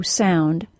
sound